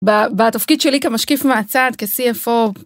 בתפקיד שלי כמשקיף מהצד, כ-cfo.